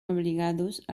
obligados